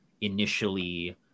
initially